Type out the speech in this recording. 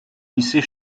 lycée